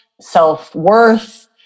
self-worth